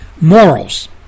morals